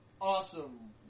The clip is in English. awesome